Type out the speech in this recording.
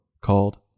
called